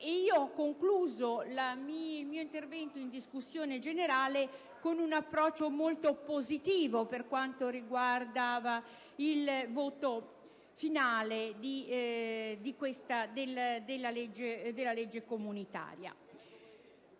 Io ho concluso il mio intervento in discussione generale con un approccio molto positivo per quanto riguardava il voto finale della legge comunitaria.